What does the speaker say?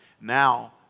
now